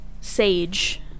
sage